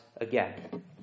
again